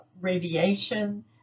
radiation